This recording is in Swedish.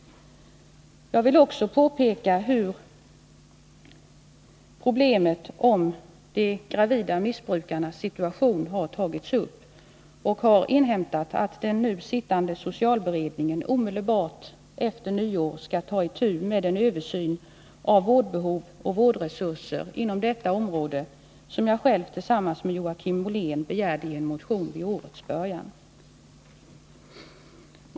Jag vill också peka på hur problemet med de gravida missbrukarnas situation har tagits upp. Enligt vad jag har inhämtat skall den nu sittande socialberedningen omedelbart efter nyår ta itu med en översyn av vårdbehov och vårdresurser inom detta område, såsom jag själv tillsammans med Joakim Ollén begärde i en motion vid årets början.